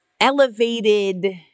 elevated